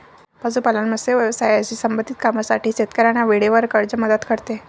पशुपालन, मत्स्य व्यवसायाशी संबंधित कामांसाठी शेतकऱ्यांना वेळेवर कर्ज मदत करते